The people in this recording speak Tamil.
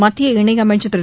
மத்திய இணையமைச்சர் திரூ